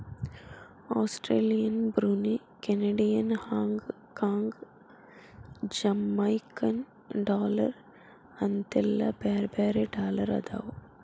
Australian Brunei Canadian Hong Kong Jamaican dollar ಅಂತೆಲ್ಲಾ ಬ್ಯಾರೆ ಬ್ಯಾರೆ ಡಾಲರ್ ಅದಾವ